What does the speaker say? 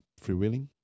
freewheeling